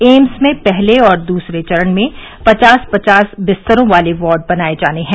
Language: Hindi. एम्स में पहले और दूसरे चरण में पचास पचास बिस्तरों वाले वार्ड बनाए जाने हैं